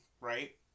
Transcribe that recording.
right